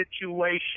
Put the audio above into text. situation